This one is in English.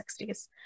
1960s